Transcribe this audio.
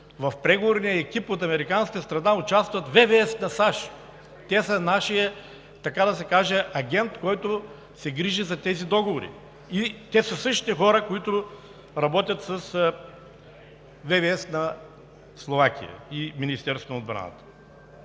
В преговорния екип от американската страна участва ВВС на САЩ. Те са нашият, така да се каже, агент, който се грижи за тези договори и те са същите хора, които работят с ВВС на Словакия и с Министерството на отбраната.